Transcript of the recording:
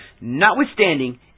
Notwithstanding